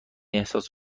احساس